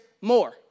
more